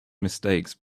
mistakes